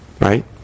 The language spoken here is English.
Right